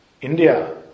India